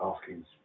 Asking